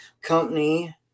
company